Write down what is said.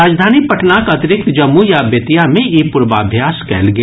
राजधानी पटनाक अतिरिक्त जमुई आ बेतिया मे ई पूर्वाभ्यास कयल गेल